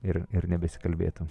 ir ir nebesikalbėtum